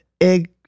egg